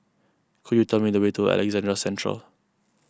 could you tell me the way to Alexandra Central